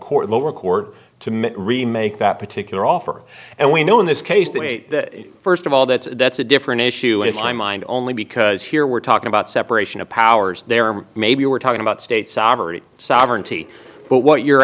court lower court to mit remake that particular offer and we know in this case that eight that first of all that's that's a different issue in my mind only because here we're talking about separation of powers there maybe we're talking about state sovereignty sovereignty but what you're